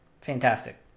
fantastic